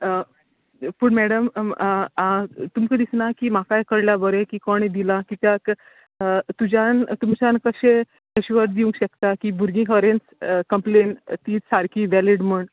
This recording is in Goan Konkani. पूण मॅडम तुमकां दिसना की म्हाकाय कळ्यार बरे की कोणे दिला कित्याक तुज्यान तुमच्यान कशे रिश्वद दिवंक शकता की भुरगी खरेंच कंमप्लेन तिच सारकी वॅलीड म्हण